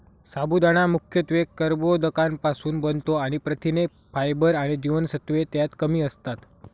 साबुदाणा मुख्यत्वे कर्बोदकांपासुन बनतो आणि प्रथिने, फायबर आणि जीवनसत्त्वे त्यात कमी असतात